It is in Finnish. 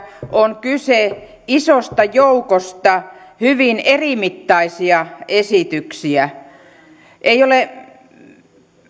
on kyse isosta joukosta hyvin erimittaisia esityksiä ei ole